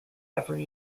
every